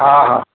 हा हा